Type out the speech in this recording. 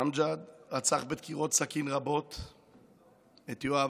אמג'ד רצח בדקירות סכין רבות את יואב,